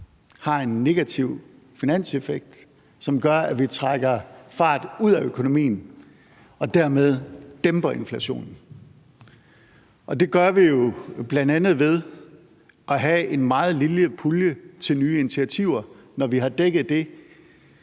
har en negativ finanseffekt, som gør, at vi trækker fart ud af økonomien og dermed dæmper inflationen. Og det gør vi jo bl.a. ved at have en meget lille pulje til nye initiativer, når vi har dækket det